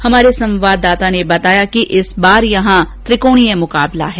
हमारे संवाददाता ने बताया कि इस बार यहां त्रिकोणीय मुकाबला है